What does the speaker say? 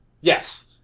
Yes